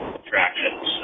attractions